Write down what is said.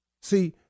See